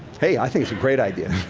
hey, i think it's a great idea.